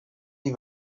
die